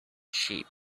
sheep